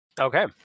Okay